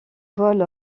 vol